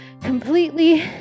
completely